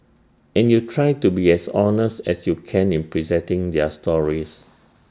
and you try to be as honest as you can in presenting their stories